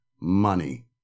money